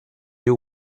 you